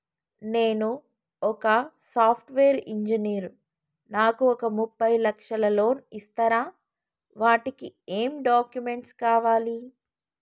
నేను ఒక software engineer నాకు ఒక ముప్పై లక్షల లోన్ ఇస్తరా? వాటికి ఏం డాక్యుమెంట్స్ కావాలి?